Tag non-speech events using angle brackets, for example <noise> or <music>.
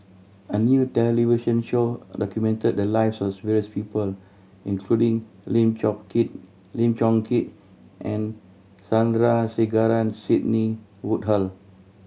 a new television show documented the lives as various people including Lim <unintelligible> Keat Lim Chong Keat and Sandrasegaran Sidney Woodhull